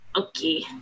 Okay